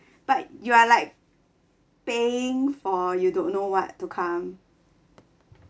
but you are like paying for you don't know what to come